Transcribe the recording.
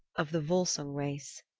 of the volsung race,